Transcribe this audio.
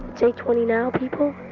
it is eight twenty now, people.